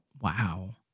Wow